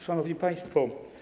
Szanowni Państwo!